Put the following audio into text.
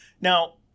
Now